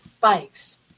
bikes